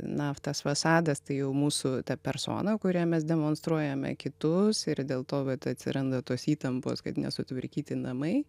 naf tas fasadas tai jau mūsų ta persona kurią mes demonstruojam kitus ir dėl to vat atsiranda tos įtampos kad nesutvarkyti namai